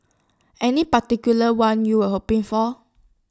any particular one you were hoping for